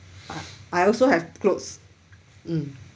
I I also have clothes mm